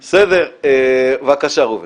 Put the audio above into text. בבקשה, ראובן.